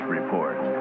Report